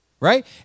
Right